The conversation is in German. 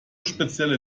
spezielle